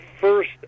first